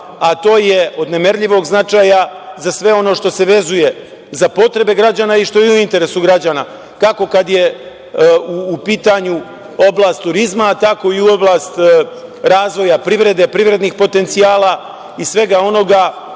a to je od nemerljivog značaja za sve ono što se vezuje za potrebe građana i što je u interesu građana. Kako kada je u pitanju oblast turizma, tako i u oblast razvoja privrede, privrednih potencijala i svega onoga